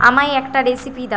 আমায় একটা রেসিপি দাও